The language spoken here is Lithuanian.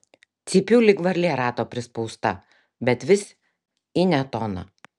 cypiu lyg varlė rato prispausta bet vis į ne toną